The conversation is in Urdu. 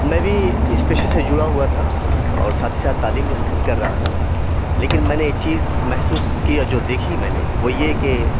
میں بھی اِس پیشے سے جڑا ہُوا تھا اور ساتھ ہی ساتھ تعلیم بھی حاصل کر رہا تھا لیکن میں نے ایک چیز محسوس کی اور جو دیکھی میں نے وہ یہ کہ